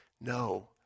No